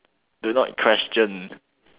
do not question